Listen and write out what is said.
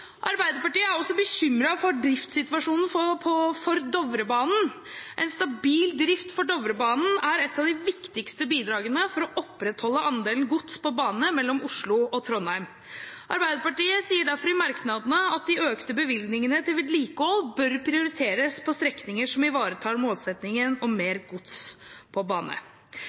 Arbeiderpartiet er også bekymret for driftssituasjonen for Dovrebanen. En stabil drift for Dovrebanen er et av de viktigste bidragene for å opprettholde andelen gods på bane mellom Oslo og Trondheim. Arbeiderpartiet sier derfor i merknadene at de økte bevilgningene til vedlikehold bør prioriteres på strekninger som ivaretar målsettingen om mer